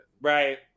Right